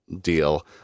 deal